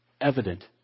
evident